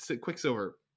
Quicksilver